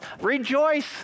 Rejoice